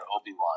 Obi-Wan